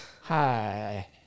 Hi